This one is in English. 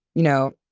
you know,